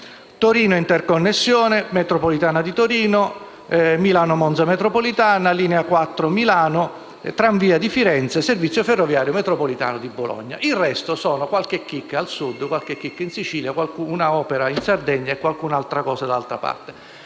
Torino interconnessione, metropolitana di Torino, Milano-Monza metropolitana, linea 4 di Milano, tranvia di Firenze, servizio ferroviario‑metropolitana di Bologna. Il resto sono qualche chicca al Sud, alcune in Sicilia, un'opera in Sardegna e qualcuna da altre parti.